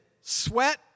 sweat